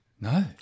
No